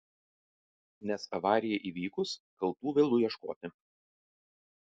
nes avarijai įvykus kaltų vėlu ieškoti